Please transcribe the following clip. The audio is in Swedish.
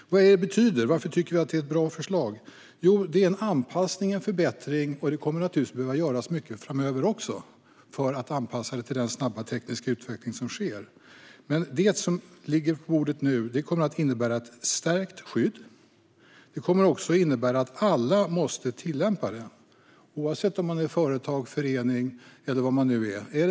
Vad betyder det? Varför tycker vi att det är ett bra förslag? Jo, det är en anpassning och en förbättring. Det kommer naturligtvis att behöva göras mycket även framöver för att anpassa det till den snabba tekniska utvecklingen. Men det förslag som ligger på bordet nu kommer att innebära ett stärkt skydd. Det kommer också att innebära att alla måste tillämpa det, oavsett om man är företag, förening eller vad man nu är.